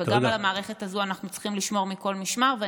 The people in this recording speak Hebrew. וגם על המערכת הזו אנחנו צריכים לשמור מכל משמר.